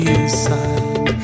inside